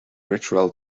ritual